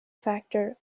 factor